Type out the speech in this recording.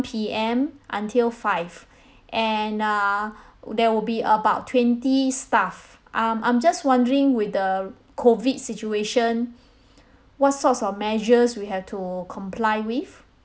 one P_M until five and uh there will be about twenty staff um I'm just wondering with the COVID situation what sorts of measures we have to comply with